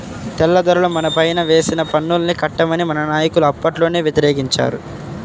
తెల్లదొరలు మనపైన వేసిన పన్నుల్ని కట్టమని మన నాయకులు అప్పట్లోనే వ్యతిరేకించారు